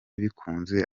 bikunze